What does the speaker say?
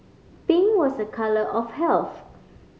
pink was a colour of health